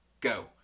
go